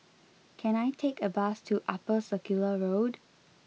can I take a bus to Upper Circular Road